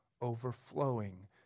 overflowing